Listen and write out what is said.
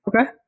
Okay